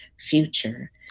future